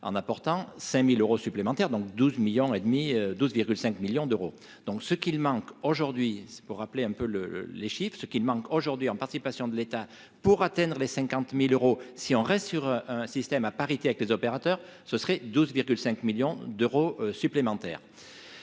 en apportant 5000 euros supplémentaires donc 12 millions et demi 12,5 millions d'euros, donc ce qu'il manque aujourd'hui, c'est pour rappeler un peu le les chiffre ce qui manque aujourd'hui en participation de l'État pour atteindre les 50000 euros si on reste sur un système à parité avec les opérateurs, ce serait 12,5 millions d'euros supplémentaires